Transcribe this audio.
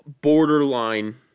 Borderline